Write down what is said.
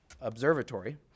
observatory